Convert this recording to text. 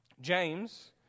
James